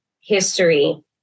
history